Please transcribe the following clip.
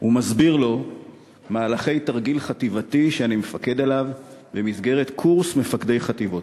ומסביר לו מהלכי תרגיל חטיבתי שאני מפקד עליו במסגרת קורס מפקדי חטיבות.